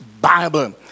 Bible